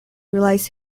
relies